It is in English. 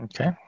Okay